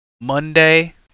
Monday